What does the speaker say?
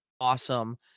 awesome